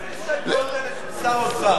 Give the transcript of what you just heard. מה זה ההסתייגויות האלה של שר האוצר?